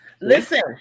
Listen